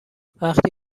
وقتی